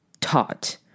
taught